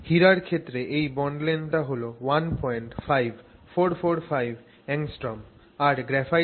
হীরার ক্ষেত্রে এই বন্ড লেংথ টা হল 15445 angstroms আর গ্রাফাইটের জন্য এটা হল 142 angstroms